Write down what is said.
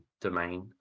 domain